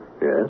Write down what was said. Yes